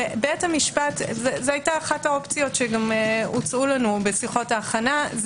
זו הייתה אחת האופציות שהוצעו לנו בשיחות ההכנה.